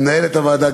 למנהלת הוועדה,